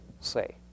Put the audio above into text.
say